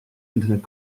internet